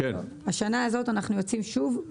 בשנה הזאת באוקטובר אנחנו יוצאים שוב.